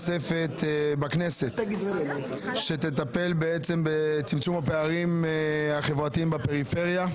ועדה שתטפל בצמצום הפערים החברתיים בפריפריה.